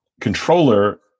controller